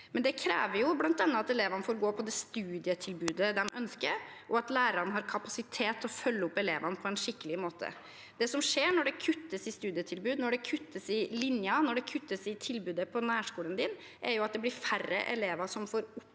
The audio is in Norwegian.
det. Det krever bl.a. at elevene får gå på det studiet de ønsker, og at lærerne har kapasitet til å følge opp elevene på en skikkelig måte. Det som skjer når det kuttes i studietilbud, når det kuttes i linjen, og når det kuttes i tilbudet på nærskolen, er at det blir færre elever som får oppfylt